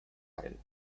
heil